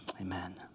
amen